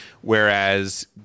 Whereas